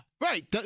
Right